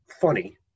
funny